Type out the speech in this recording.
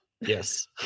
Yes